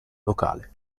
locale